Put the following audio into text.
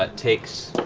but takes